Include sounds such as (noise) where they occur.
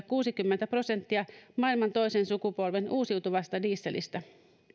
(unintelligible) kuusikymmentä prosenttia maailman toisen sukupolven uusiutuvasta dieselistä